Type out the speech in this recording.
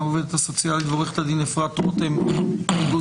העובדת הסוציאלית ועורכת הדין אפרת רותם מאיגוד